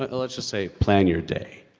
but let's just say, plan your day?